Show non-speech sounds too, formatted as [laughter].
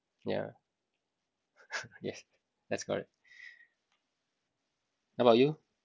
yeah [laughs] yes that's correct how about you